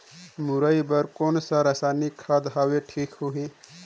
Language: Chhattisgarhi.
मुरई बार कोन सा रसायनिक खाद हवे ठीक होही?